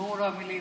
נגמרו לו המילים?